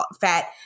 fat